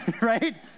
right